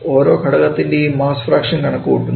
ഓരോ ഘടക ത്തിൻറെയും മാസ്സ് ഫ്രാക്ഷൻ കണക്ക് കൂട്ടുന്നു